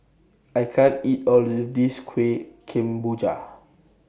I can't eat All of This Kuih Kemboja